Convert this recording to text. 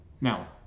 Now